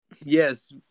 yes